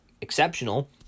exceptional